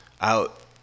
out